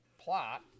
plot